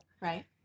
right